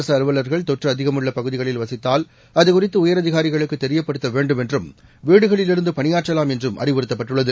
அரசு அலுவலர்கள் தொற்று அதிகம் உள்ள பகுதிகளில் வசித்தால் அதைக் குறித்து உயரதிகாரிகளுக்குத் தெரியப்படுத்த வேண்டும் என்றும் வீடுகளில் இருந்து பணியாற்றவாம் என்றும் அறிவுறுத்தப்பட்டுள்ளது